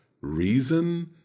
Reason